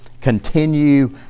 continue